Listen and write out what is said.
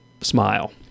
smile